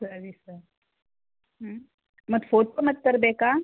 ಸರಿ ಸರ್ ಮತ್ತು ಫೋಟೊ ಮತ್ತೆ ತರಬೇಕಾ